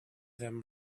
them